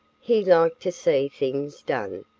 he liked to see things done,